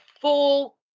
full